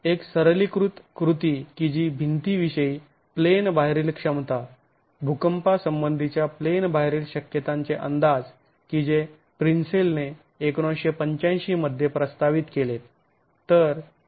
एक सरलीकृत कृती की जी भिंती विषयी प्लेन बाहेरील क्षमता भूकंपा संबंधीच्या प्लेन बाहेरील शक्यतांचे अंदाज की जे प्रिंन्सेल ने १९८५ मध्ये प्रस्तावित केलेत